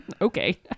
Okay